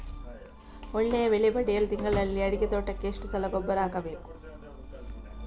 ಒಳ್ಳೆಯ ಬೆಲೆ ಪಡೆಯಲು ತಿಂಗಳಲ್ಲಿ ಅಡಿಕೆ ತೋಟಕ್ಕೆ ಎಷ್ಟು ಸಲ ಗೊಬ್ಬರ ಹಾಕಬೇಕು?